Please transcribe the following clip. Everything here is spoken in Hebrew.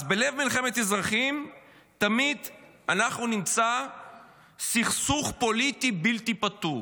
אז בלב מלחמת אזרחים תמיד אנחנו נמצא סכסוך פוליטי בלתי פתור.